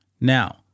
Now